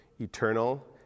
eternal